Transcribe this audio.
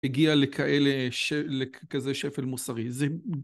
הגיע לכאלה, כזה שפל מוסרי.